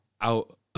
out